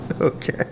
Okay